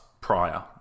prior